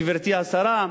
גברתי השרה,